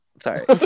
Sorry